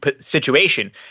situation